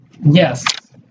Yes